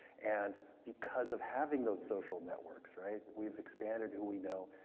and because of having those social networks, right? we've expanded who we know,